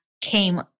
came